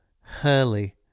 Hurley